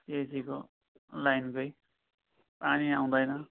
पिएचईको लाइनकै पानी आउँदैन